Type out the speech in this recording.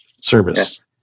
service